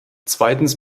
zweitens